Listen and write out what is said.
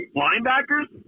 linebackers